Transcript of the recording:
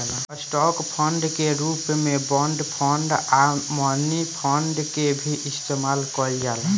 stock fund के रूप में बॉन्ड फंड आ मनी फंड के भी इस्तमाल कईल जाला